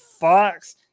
Fox